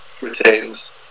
retains